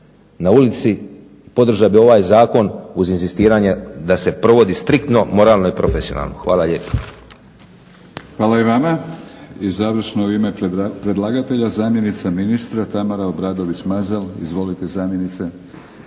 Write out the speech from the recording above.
na ulici. Podržao bih ovaj zakon uz inzistiranje da se provodi striktno, moralno i profesionalno. Hvala lijepa.